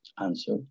Answer